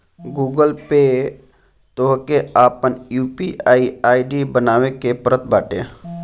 Google Pay पअ तोहके आपन यू.पी.आई आई.डी बनावे के पड़त बाटे